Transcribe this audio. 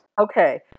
okay